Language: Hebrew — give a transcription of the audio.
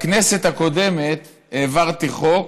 בכנסת הקודמת העברתי חוק